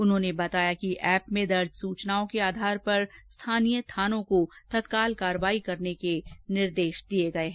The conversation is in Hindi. उन्होंने बताया कि एप में दर्ज सूचनाओं के आधार पर स्थानीय थानों को तत्काल कार्यवाही करने के निर्देश दिए गए हैं